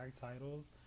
titles